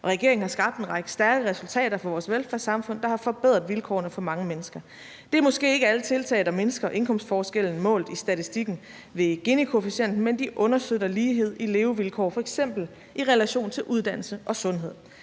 Regeringen har skabt en række stærke resultater for vores velfærdssamfund, der har forbedret vilkårene for mange mennesker. Det er måske ikke alle tiltag, der mindsker indkomstforskellen målt i statistikken ved Ginikoefficienten, men de understøtter lighed i levevilkår, f.eks. i relation til uddannelse og sundhed.